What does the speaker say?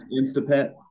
instapet